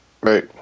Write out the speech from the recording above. right